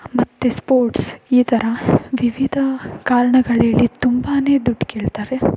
ಮತ್ತು ಸ್ಪೋರ್ಟ್ಸ್ ಈ ಥರ ವಿವಿಧ ಕಾರಣಗಳೇಳಿ ತುಂಬಾ ದುಡ್ಡು ಕೀಳ್ತಾರೆ